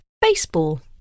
Baseball